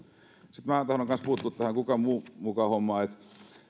sitten minä tahdon kanssa puuttua tähän kuka muu muka hommaan